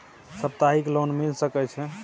सप्ताहिक लोन मिल सके छै?